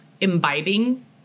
imbibing